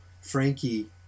Frankie